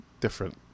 different